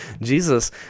Jesus